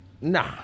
nah